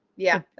yeah,